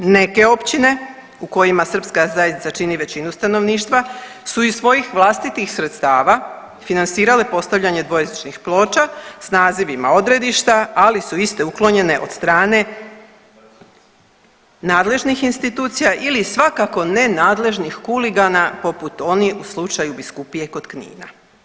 Neke općine u kojima srpska zajednica čini većinu stanovništva su iz svojih vlastitih sredstva finansirale postavljanje dvojezičnih ploča s nazivima odredišta, ali su iste uklonjene od strane nadležnih institucija ili svakako nenadležnih huligana u poput onih u slučaju biskupije kod Knina.